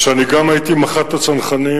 שגם אני הייתי מח"ט הצנחנים,